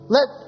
Let